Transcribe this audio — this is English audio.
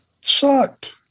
Sucked